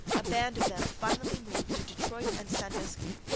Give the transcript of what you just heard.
a band of them finally moved to detroit and sandusky,